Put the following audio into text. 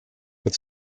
with